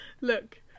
Look